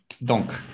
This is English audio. donc